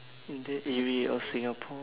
in the area of singapore